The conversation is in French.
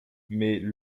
mais